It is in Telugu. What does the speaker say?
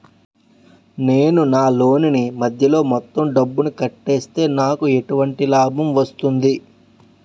నేను నా లోన్ నీ మధ్యలో మొత్తం డబ్బును కట్టేస్తే నాకు ఎటువంటి లాభం వస్తుంది?